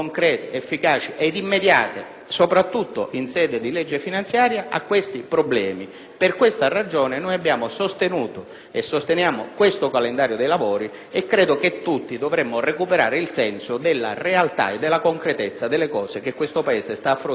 soprattutto in sede di legge finanziaria, a tali problemi. Per tale ragione abbiamo sostenuto e sosteniamo questo calendario dei lavori e credo che tutti dovremmo recuperare il senso della realtà e della concretezza della situazione che il Paese sta affrontando in questi mesi.